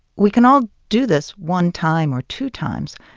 we can all do this one time or two times,